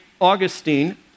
Augustine